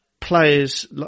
players